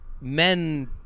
men